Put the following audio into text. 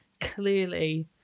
clearly